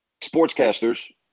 sportscasters